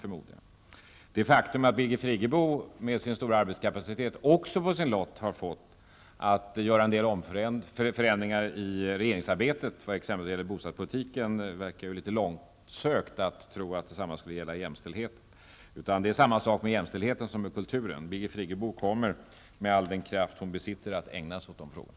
Med anledning av det faktum att Birgit Friggebo med sin stora arbetskapacitet också på sin lott har fått att göra en del förändringar i regeringsarbetet, t.ex. när det gäller bostadspolitiken, verkar det litet långsökt att tro att detsamma skulle gälla jämställdheten. Det är samma sak med jämställdheten som med kulturen: Birgit Friggebo kommer, med all den kraft som hon besitter, att ägna sig åt dessa frågor.